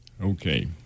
Okay